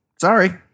Sorry